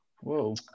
Whoa